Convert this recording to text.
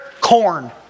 corn